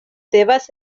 devas